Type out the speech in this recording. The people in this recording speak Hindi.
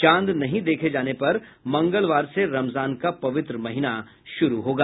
चांद नहीं देखे जाने पर मंगलवार से रमजान का पवित्र महीना शुरू होगा